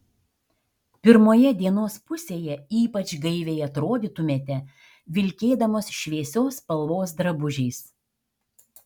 pirmoje dienos pusėje ypač gaiviai atrodytumėte vilkėdamos šviesios spalvos drabužiais